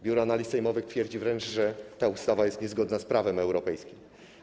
Biuro Analiz Sejmowych twierdzi wręcz, że ta ustawa jest niezgodna z prawem europejskim.